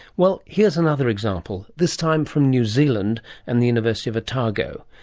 well, here's another example, this time from new zealand and the university of otago.